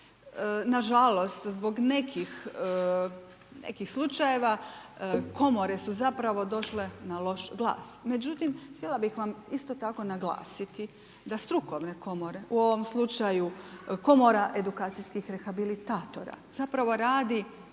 Nažalost zbog nekih slučajeva, komore su zapravo došle na loš glas međutim htjela bih vam isto tako naglasiti da strukovne komore u ovom slučaju, Komora edukacijskih rehabilitatora zapravo radi